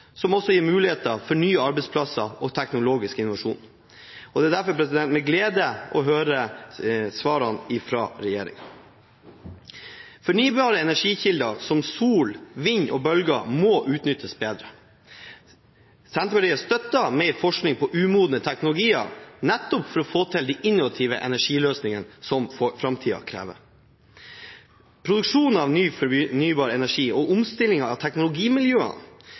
gir også muligheter for nye arbeidsplasser og teknologisk innovasjon. Det er derfor en glede å høre svarene fra regjeringen. Fornybare energikilder som sol, vind og bølger må utnyttes bedre. Senterpartiet støtter mer forskning på umodne teknologier nettopp for å få til de innovative energiløsningene som framtiden krever. Produksjon av ny fornybar energi, omstilling av teknologimiljøene